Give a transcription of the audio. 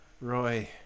Roy